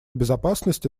безопасности